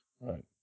Right